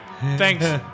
thanks